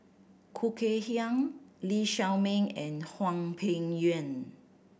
Khoo Kay Hian Lee Shao Meng and Hwang Peng Yuan